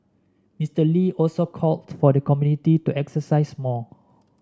Mister Lee also called for the community to exercise more